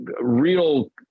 real